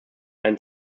ein